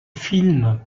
film